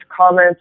comments